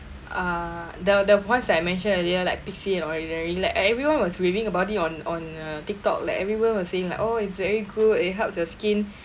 uh the the ones I mentioned earlier like Pixi and Ordinary lab like everyone was waving about it on on uh Tik Tok like everyone was saying like oh it's very good it helps your skin